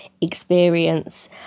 experience